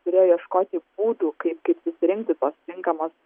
turėjo ieškoti būdų kaip kaip susirinkti tos tinkamos